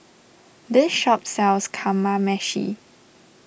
this shop sells Kamameshi